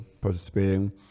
participating